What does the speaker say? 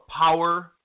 power